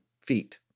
feet